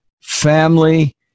family